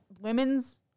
women's